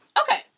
Okay